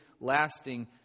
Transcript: lasting